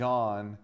John